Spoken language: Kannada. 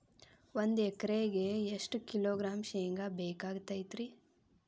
ಒಂದು ಎಕರೆಗೆ ಎಷ್ಟು ಕಿಲೋಗ್ರಾಂ ಶೇಂಗಾ ಬೇಕಾಗತೈತ್ರಿ?